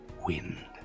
Wind